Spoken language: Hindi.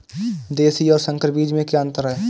देशी और संकर बीज में क्या अंतर है?